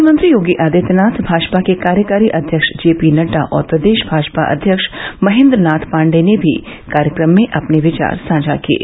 मुख्यमंत्री योगी आदित्यनाथ भाजपा के कार्यकारी अध्यक्ष जे पी नड्डा और प्रदेश भाजपा अध्यक्ष महेन्द्रनाथ पांडेय ने भी कार्यक्रम में अपने विचार व्यक्त किये